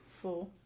four